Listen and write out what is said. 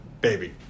baby